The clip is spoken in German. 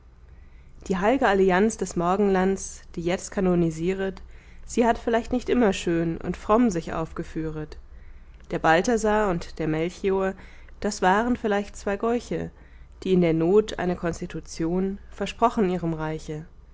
die heil'ge allianz des morgenlands die jetzt kanonisieret sie hat vielleicht nicht immer schön und fromm sich aufgeführet der balthasar und der melchior das waren vielleicht zwei gäuche die in der not eine konstitution versprochen ihrem reiche